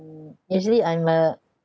mm usually I'm a